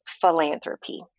philanthropy